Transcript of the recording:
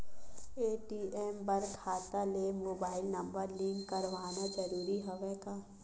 ATM बर खाता ले मुबाइल नम्बर लिंक करवाना ज़रूरी हवय का?